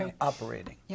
operating